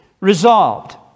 Resolved